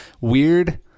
Weird